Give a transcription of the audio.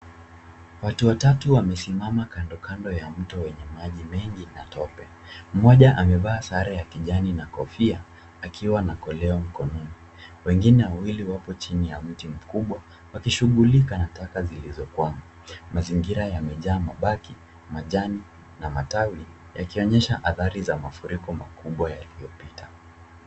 Watu watatu wamesimama kando kando ya mto wenye maji mengi na tope. Mmoja amevaa sare ya kijani na kofia akiwa na kolea mokononi. Wengine wawili wapo chini ya mti mkubwa wakishughulika na taka zilizo kwama. Mazingira yamejaa mabaki, majani na matawi yakionyesha athari za mafuriko makubwa yaliyopita.